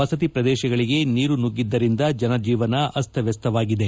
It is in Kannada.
ವಸತಿ ಪ್ರದೇಶಗಳಿಗೆ ನೀರು ನುಗ್ಗಿದ್ದರಿಂದ ಜನಜೀವನ ಅಸ್ತಮಸ್ತವಾಗಿತ್ತು